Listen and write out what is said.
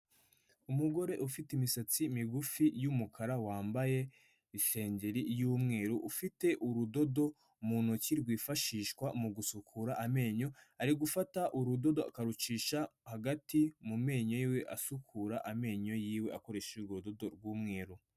Umugore ufite imisatsi migufi y'umukara wambaye isengeri y'umweru ufite urudodo mu ntoki rwifashishwa mu gusukura amenyo. Arigufata urudodo akarucisha hagati mu menyo yiwe, asukura amenyo yiwe akoresheje urwo rudodo rw'umweru.